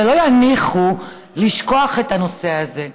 ולא יניחו לשכוח את הנושא הזה.